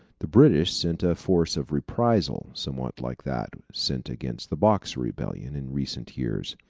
the british sent a force of reprisal, somewhat like that sent against the boxer rebellion in recent years.